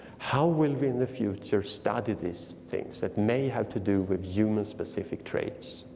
how will we, in the future, study these things that may have to do with human specific traits?